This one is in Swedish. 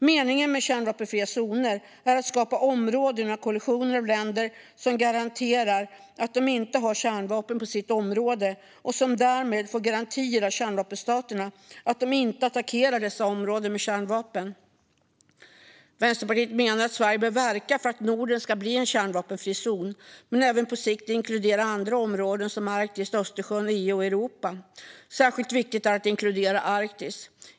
Meningen med kärnvapenfria zoner är att skapa koalitioner av länder som garanterar att de inte har kärnvapen på sitt område och som därmed får garantier av kärnvapenstaterna att dessa inte kommer att attackera de här områdena med kärnvapen. Vänsterpartiet menar att Sverige bör verka för att Norden ska bli en kärnvapenfri zon. På sikt bör även andra områden inkluderas, såsom Arktis, Östersjön, EU och Europa. Särskilt viktigt är det att inkludera Arktis.